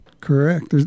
Correct